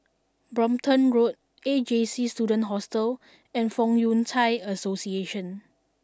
Brompton Road A J C Student Hostel and Fong Yun Thai Association